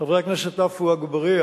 חברי הכנסת עפו אגבאריה